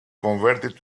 converted